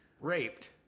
Raped